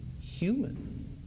human